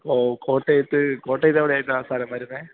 ഓ കോട്ടയത്ത് കോട്ടയത്ത് എവിടെയായിട്ടാണ് സ്ഥലം വരുന്നത്